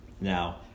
Now